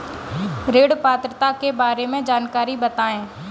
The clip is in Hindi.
ऋण पात्रता के बारे में जानकारी बताएँ?